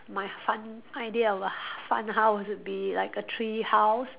my fun idea of a fun house would be like a tree house